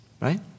right